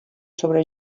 sobre